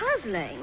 puzzling